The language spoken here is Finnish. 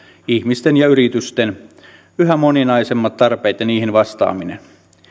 ihmisten ja yritysten yhä moninaisemmat tarpeet ja niihin vastaaminen